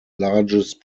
largest